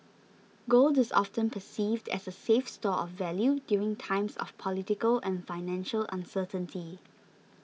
gold is often perceived as a safe store of value during times of political and financial uncertainty